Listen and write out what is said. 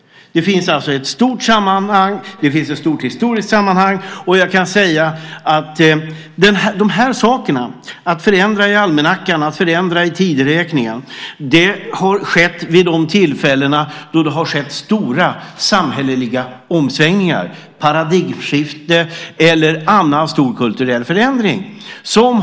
Det finns alltså ett stort historiskt sammanhang. Förändringar i almanackan och förändringar i tideräkningen har hängt samman med stora samhälleliga omsvängningar, paradigmskiften eller andra stora kulturella förändringar.